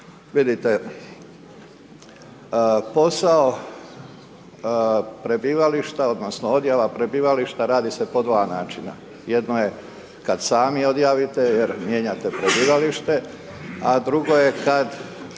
Vidite posao prebivališta, odnosno, odjava prebivališta radi se po 2 načina, jedno je kada sami odjavite, jer mijenjate prebivalište, a drugo je kada